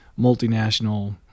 multinational